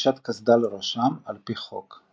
בחבישת קסדה לראשם על פי חוק.